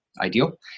ideal